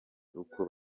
uko